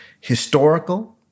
Historical